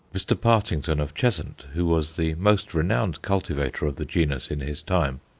mr. partington, of cheshunt, who was the most renowned cultivator of the genus in his time,